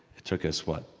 it took us, what,